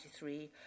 1993